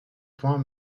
points